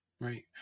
Right